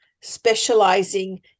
specializing